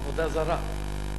עבודה זרה,